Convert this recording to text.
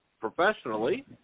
professionally